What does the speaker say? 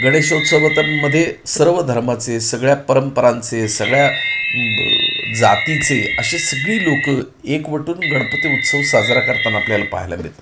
गणेशोत्सवामध्ये सर्व धर्माचे सगळ्या परंपरांचे सगळ्या जातीचे अशी सगळी लोकं एकवटून गणपती उत्सव साजरा करताना आपल्याला पाहायला मिळतात